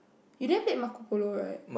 you didn't play Marco-Polo right